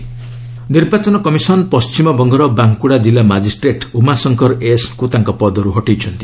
WB removed ନିର୍ବାଚନ commission ପଶ୍ଚିମବଙ୍ଗର ବାଙ୍କୁଡ଼ା କିଲ୍ଲା ମାଜିଷ୍ଟ୍ରେଟ୍ ଉମାଶଙ୍କର ଏସ୍ଙ୍କୁ ତାଙ୍କ ପଦରୁ ହଟାଇଛନ୍ତି